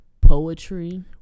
poetry